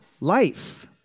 life